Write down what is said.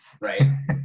right